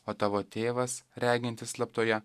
o tavo tėvas regintis slaptoje